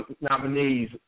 nominees